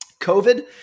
COVID